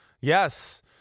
Yes